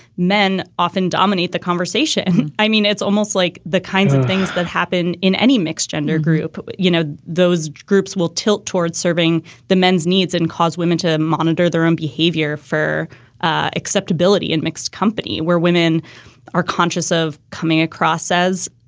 men often dominate the conversation. i mean, it's almost like the kinds of things that happen in any mixed gender group you know, those groups will tilt towards serving the men's needs and cause women to monitor their own behavior for acceptability in mixed company where women are conscious of coming across as,